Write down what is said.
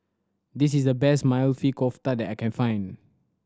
this is the best Maili Kofta that I can find